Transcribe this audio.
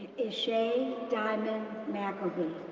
ishay diamond mcilvy,